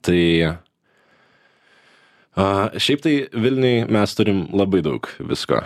tai a šiaip tai vilniuj mes turime labai daug visko